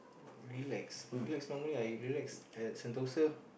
relax relax normally I relax at Sentosa